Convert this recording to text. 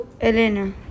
Elena